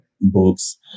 books